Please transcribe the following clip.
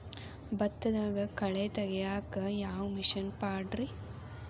ಭತ್ತದಾಗ ಕಳೆ ತೆಗಿಯಾಕ ಯಾವ ಮಿಷನ್ ಪಾಡ್ರೇ?